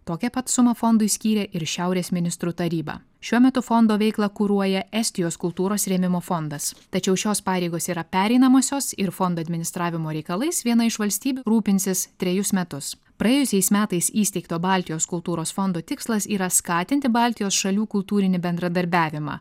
tokią pat sumą fondui skyrė ir šiaurės ministrų taryba šiuo metu fondo veiklą kuruoja estijos kultūros rėmimo fondas tačiau šios pareigos yra pereinamosios ir fondo administravimo reikalais viena iš valstybių rūpinsis trejus metus praėjusiais metais įsteigto baltijos kultūros fondo tikslas yra skatinti baltijos šalių kultūrinį bendradarbiavimą